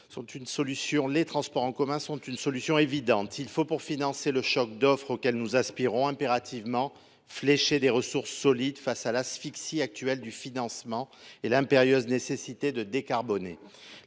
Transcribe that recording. les transports en commun représentent une solution évidente. Pour financer le choc d’offre auquel nous aspirons, il faut impérativement flécher des ressources solides, face à l’asphyxie actuelle du financement et à l’impérieuse nécessité de décarboner.